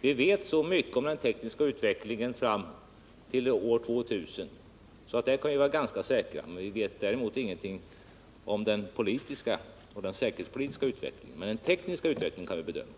Vi vet så mycket om den tekniska utvecklingen fram till år 2000 att vi på detta område kan vara ganska säkra. Däremot vet vi inget om den politiska eller säkerhetspolitiska utvecklingen. Men den tekniska utvecklingen kan vi alltså bedöma.